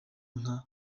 nka